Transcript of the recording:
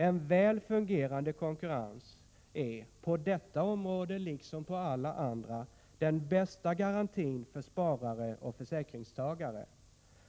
En väl fungerande konkurrens är — på detta området liksom på alla andra — den bästa garantin för sparare och försäkringstagare.